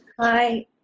hi